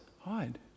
hide